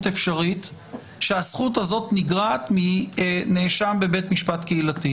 אפשרית שהזכות הזאת נגרעת מנאשם בבית משפט קהילתי.